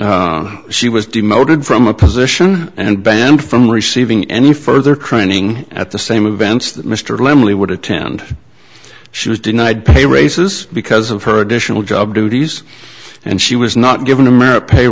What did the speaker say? that she was demoted from a position and banned from receiving any further training at the same events that mr lim lee would attend she was denied pay raises because of her additional job duties and she was not given a merit pay